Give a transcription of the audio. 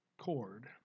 cord